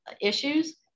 issues